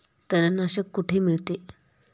तणनाशक कुठे मिळते?